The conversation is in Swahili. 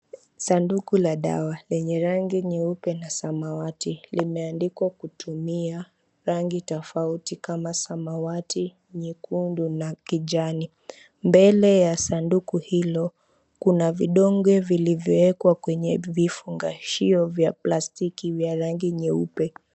Sanduku la dawa lenye rangi nyeupe na samawati, limeandikwa kutumia rangi tofauti kama samawati, nyekundu na kijani. Mbele ya sanduku hilo, kuna vidonge vilivyoekwa kwenye vifungashio vya plastiki vya rangi nyeupe.